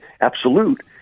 absolute